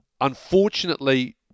Unfortunately